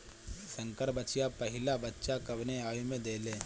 संकर बछिया पहिला बच्चा कवने आयु में देले?